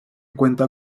cuenta